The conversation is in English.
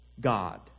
God